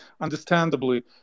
understandably